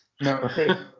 no